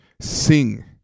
Sing